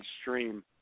stream